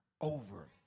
over